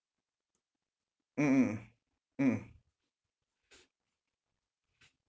mm mm mm